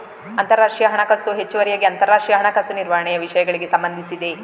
ಅಂತರರಾಷ್ಟ್ರೀಯ ಹಣಕಾಸು ಹೆಚ್ಚುವರಿಯಾಗಿ ಅಂತರರಾಷ್ಟ್ರೀಯ ಹಣಕಾಸು ನಿರ್ವಹಣೆಯ ವಿಷಯಗಳಿಗೆ ಸಂಬಂಧಿಸಿದೆ